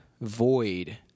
void